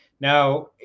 Now